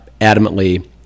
adamantly